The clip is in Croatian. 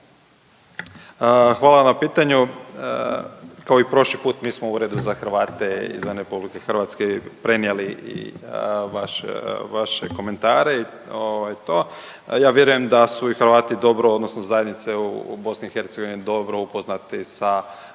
Hvala na pitanju. Kao i prošli put mi smo Uredu za Hrvate izvan RH prenijeli i vaš, vaše komentare i ovaj to. Ja vjerujem da su i Hrvati dobro odnosno zajednice u BiH dobro upoznati sa mogućnosti